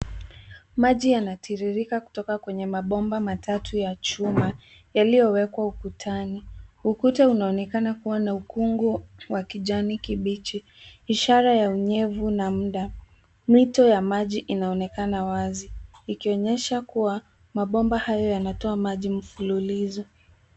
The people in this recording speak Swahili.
Maji yanatiririka kutoka kwenye mabomba matatu ya chuma yaliyowekwa ukutani. Ukuta unaonekana kuwa na ukungu wa kijani kibichi, ishara ya unyevu na mda. Mito ya maji inaonekana wazi, ikionyesha kuwa mabomba hayo yanatoa maji mfululizo.